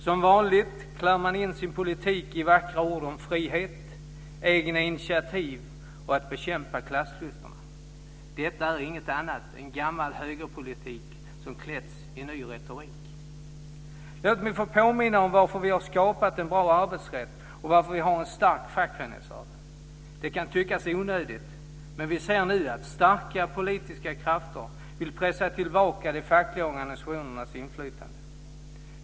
Som vanligt klär man sin politik i vackra ord som frihet, egna initiativ och att bekämpa klassklyftorna. Detta är inget annat än gammal högerpolitik som klätts i ny retorik. Låt mig få påminna om varför vi har skapat en bra arbetsrätt och varför vi har en stark fackföreningsrörelse. Det kan tyckas onödigt, men vi ser nu att starka politiska krafter vill pressa tillbaka de fackliga organisationernas inflytande.